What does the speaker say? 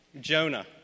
Jonah